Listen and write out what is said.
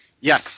Yes